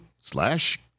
slash